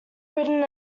written